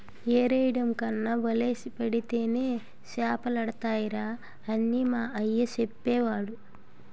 ఎరెయ్యడం కన్నా వలేసి పడితేనే సేపలడతాయిరా అని మా అయ్య సెప్పేవోడు